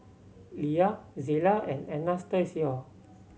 Lia Zela and Anastacio